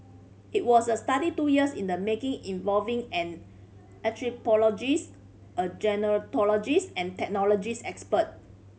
it was a study two years in the making involving an anthropologist a gerontologist and technology experts